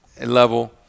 level